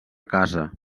casa